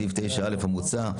הסתייגות מספר 9: בסעיף 9א(א) המוצע,